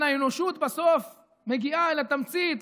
האנושות בסוף מגיעה אל התמצית,